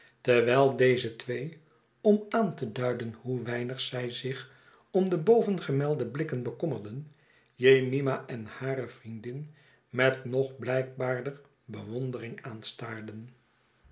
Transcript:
terwijl deze twee om aan te duiden hoe weinig zij zich om de bovengemelde blikken bekommerden jemima en hare vriendin metnogblijkbaarderbewondering aanstaarden